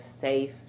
safe